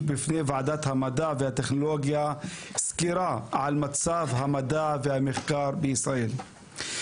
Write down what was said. בפני ועדת המדע והטכנולוגיה סקירה על מצב המדע והמחקר בישראל.